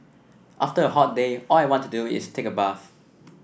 after a hot day all I want to do is take a bath